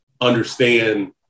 understand